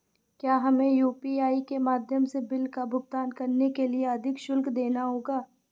क्या हमें यू.पी.आई के माध्यम से बिल का भुगतान करने के लिए अधिक शुल्क देना होगा?